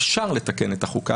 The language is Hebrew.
אפשר לתקן את החוקה.